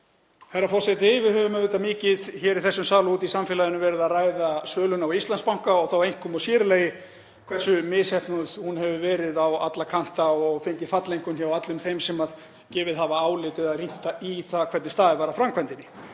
Herra forseti. Við höfum auðvitað mikið hér í þessum sal og úti í samfélaginu verið að ræða söluna á Íslandsbanka og þó einkum og sér í lagi hversu misheppnuð hún hefur verið á alla kanta og fengið falleinkunn hjá öllum þeim sem gefið hafa álit eða rýnt í það hvernig staðið var að framkvæmdinni.